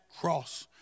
cross